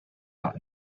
out